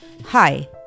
Hi